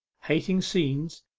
hating scenes,